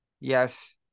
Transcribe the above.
yes